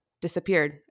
disappeared